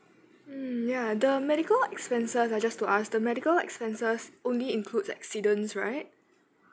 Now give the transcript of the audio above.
mm ya the medical expenses just to ask the medical expenses only includes accidents right